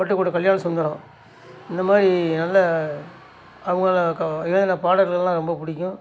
பட்டுக்கோட்டை கல்யாண சுந்தரம் இந்த மாதிரி நல்ல அவங்கள்லாம் கா எழுதுன பாடல்கள்லாம் ரொம்ப பிடிக்கும்